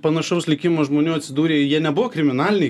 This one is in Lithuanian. panašaus likimo žmonių atsidūrė jie nebuvo kriminaliniai